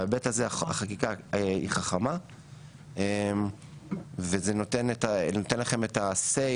בהיבט הזה החקיקה היא חכמה וזה נותן לכם את הסיי